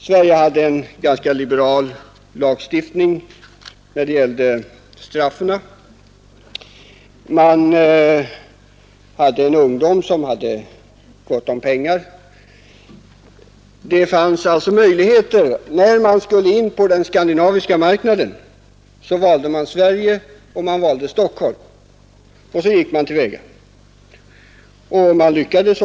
Sverige hade en ganska liberal lagstiftning när det gällde straff för narkotikabrott och den svenska ungdomen hade gott om pengar. När narkotika skulle introduceras på den skandinaviska marknaden valdes Sverige och Stockholm. Man lyckades också till en del.